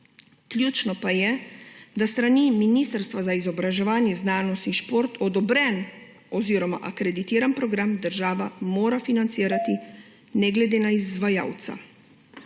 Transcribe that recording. Ključno pa je, da s strani Ministrstva za izobraževanje, znanost in šport odobren oziroma akreditiran program država mora financirati, ne glede na izvajalca.